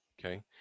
Okay